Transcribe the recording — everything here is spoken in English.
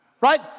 right